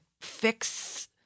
fix